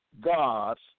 gods